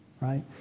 right